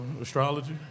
astrology